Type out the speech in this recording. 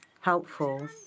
helpful